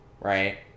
right